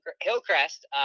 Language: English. Hillcrest